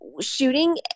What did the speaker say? shooting